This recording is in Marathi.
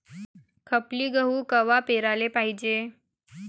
खपली गहू कवा पेराले पायजे?